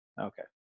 Okay